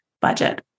budget